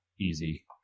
easy